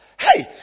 hey